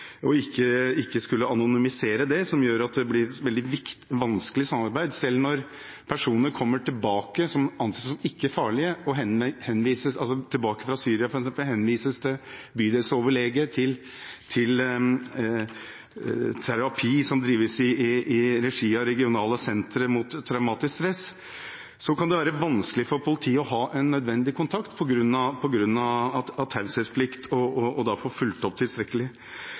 ikke skulle anonymisere, noe som gjør at det blir et veldig vanskelig samarbeid. Selv når personer som anses som ikke farlige, kommer tilbake, f.eks. fra Syria, og henvises til bydelsoverlege, til terapi som drives i regi av regionale sentre mot traumatisk stress, kan det være vanskelig for politiet å ha nødvendig kontakt og få fulgt opp tilstrekkelig på grunn av taushetsplikten. Så det er jeg litt spent på om statsråden har jobbet videre med og